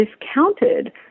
discounted